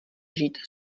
žít